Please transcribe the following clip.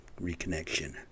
Reconnection